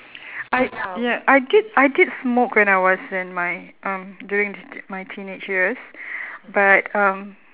I ya I did I did smoke when I was in my um during my teenage years but um